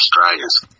Australians